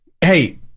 Hey